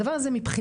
הדבר הזה מבחינתי,